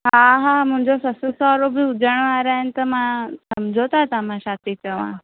हा हा मुंहिंजो ससु सहुरो बि हुजण वारा आहिनि त मां सम्झो त तव्हां मां छा थी चवां